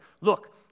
look